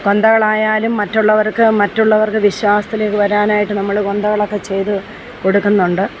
കൊന്തകളായാലും മറ്റുള്ളവർക്ക് മറ്റുള്ളവരുടെ വിശ്വാസത്തിലേക്ക് വരാനായിട്ട് നമ്മൾ കൊന്തകളൊക്കെ ചെയ്തു കൊടുക്കുന്നുണ്ട്